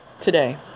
today